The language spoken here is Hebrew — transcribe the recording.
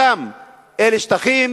שם אלה שטחים